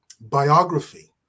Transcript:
biography